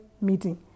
Meeting